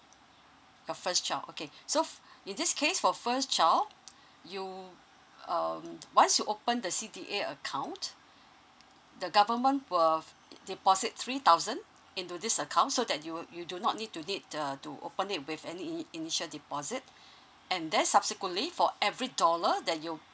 your first child okay so in this case for first child you um once you open the c d a account the government will deposit three thousand into this account so that you you do not need to need the to open it with any initial deposit and then subsequently for every dollar that you